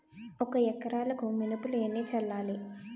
ఒక ఎకరాలకు మినువులు ఎన్ని చల్లాలి?